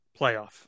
playoff